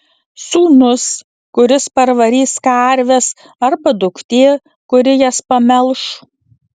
sūnus kuris parvarys karves arba duktė kuri jas pamelš